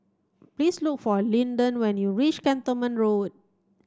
please look for Lyndon when you reach Cantonment Road